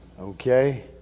Okay